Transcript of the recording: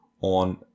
on